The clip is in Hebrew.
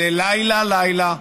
לילה-לילה,